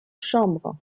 chambres